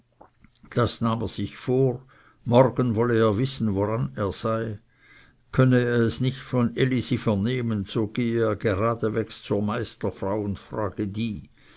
das nahm er sich vor morgen wolle er wissen woran er sei könne er es nicht von elisi vernehmen so gehe er geradewegs zur meisterfrau und frage die